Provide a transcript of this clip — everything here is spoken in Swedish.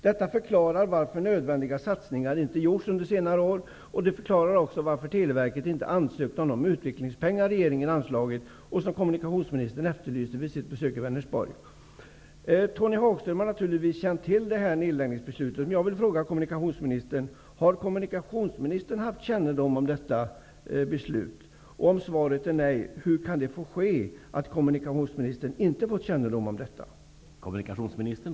Detta förklarar varför nödvändiga satsningar inte har gjorts under senare år. Det förklarar också varför Televerket inte har ansökt om de utvecklingspengar regeringen anslagit och som kommunikationsministern efterlyste vid sitt besök i Tony Hagström har naturligtvis känt till det här nedläggningsbeslutet. Men jag vill fråga: Har kommunikationsministern haft kännedom om detta? Om svaret är nej undrar jag hur det kan få vara så, att kommunikationsministern inte fått kännedom om det här beslutet.